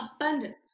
abundance